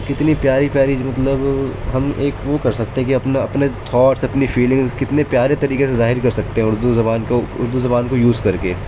کتنی پیاری پیاری جو مطلب ہم ایک وہ کر سکتے ہیں کہ اپنا اپنے تھاٹس اپنی فیلنگس کتنے پیارے طریقے سے ظاہر کر سکتے ہیں اردو زبان کو اردو زبان کو یوز کر کے